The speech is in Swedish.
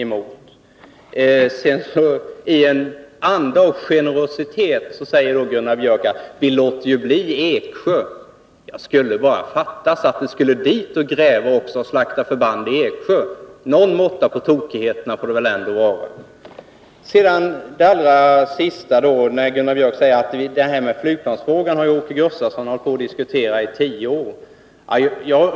I en anda av generositet säger Gunnar Björk att man låter Eksjö vara. Det skulle bara fattas att man skulle ”gräva” också där, att förband i Eksjö skulle offras. Någon måtta på tokigheterna får det väl ändå vara! Gunnar Björk sade också att jag har diskuterat flygplansfrågan i tio år.